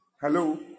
Hello